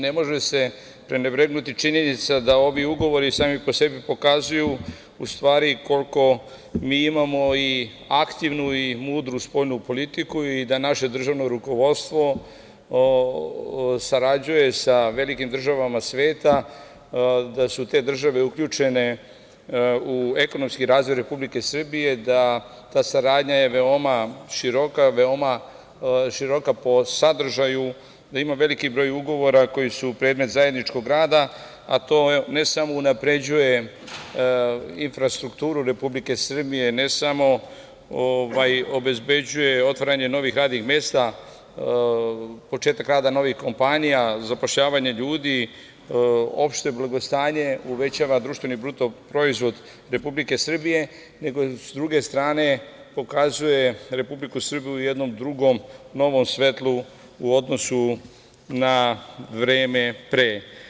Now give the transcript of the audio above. Ne može se prenebregnuti činjenica da ovi ugovori sami po sebi pokazuju u stvari koliko mi imamo aktivnu i mudru spoljnu politiku i da naše državno rukovodstvo sarađuje sa velikim državama sveta, da su te države uključene u ekonomski razvoj Republike Srbije, da je ta saradnja veoma široka, veoma široka po sadržaju, da ima veliki broj ugovora koji su predmet zajedničkog rada, a to ne samo da unapređuje infrastrukturu Republike Srbije, ne samo da obezbeđuje otvaranje novih radnih mesta, početak rada novih kompanija, zapošljavanje ljudi, opšte blagostanje, uvećava društveni bruto proizvod Republike Srbije, nego s druge strane pokazuje Republiku Srbiju u jednom drugom, novom svetlu u odnosu na vreme pre.